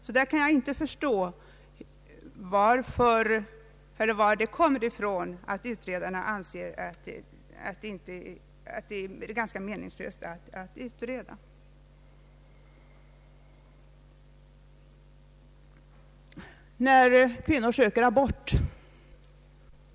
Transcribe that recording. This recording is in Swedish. Därför kan jag inte förstå varifrån det skulle komma att de som först utreder fallen anser det ganska meningslöst att göra det.